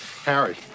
harry